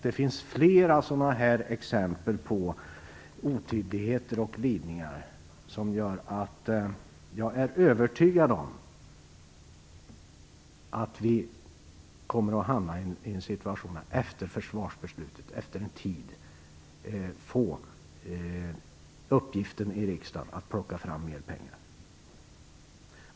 Det finns flera sådana exempel på otydligheter och glidningar som gör mig övertygad om att vi i riksdagen en tid efter försvarsbeslutet kommer att få i uppgift att plocka fram mera pengar.